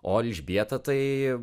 o elžbieta tai